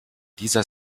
dieser